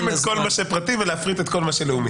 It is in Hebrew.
להעלים את כל מה שפרטי, ולהפריט את כל מה שלאומי.